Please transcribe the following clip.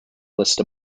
list